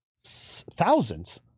thousands